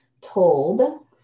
told